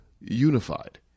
unified